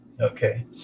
Okay